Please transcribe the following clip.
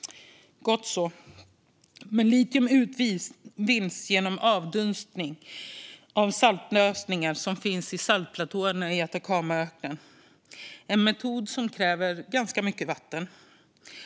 Det är gott så. Men litium utvinns genom avdunstning av saltlösningar som finns i saltplatåerna i Atacamaöknen. Det är en metod som kräver ganska mycket vatten.